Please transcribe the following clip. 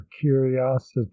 curiosity